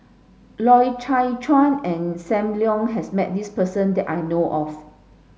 Loy Chye Chuan and Sam Leong has met this person that I know of